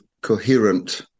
coherent